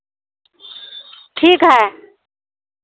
ठीक है